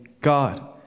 God